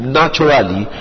naturally